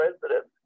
president